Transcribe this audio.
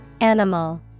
Animal